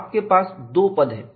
आपके पास दो पद हैं